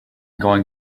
going